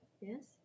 Yes